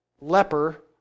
leper